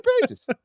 pages